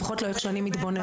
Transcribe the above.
לפחות לא איך שאני מתבוננת.